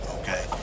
okay